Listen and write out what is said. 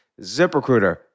ZipRecruiter